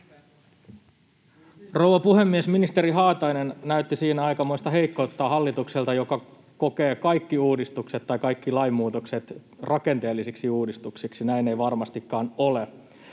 Rouva puhemies! Ministeri Haatainen näytti siinä aikamoista heikkoutta hallitukselta, joka kokee kaikki uudistukset tai kaikki lainmuutokset rakenteellisiksi uudistuksiksi. Näin ei varmastikaan ole.